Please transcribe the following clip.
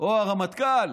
או הרמטכ"ל